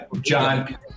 John